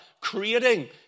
creating